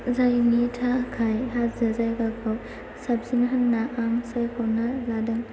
जायनि थाखाय हाजो जायगाखौ साबसिन होनना आं सायख'ना लादों